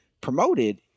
promoted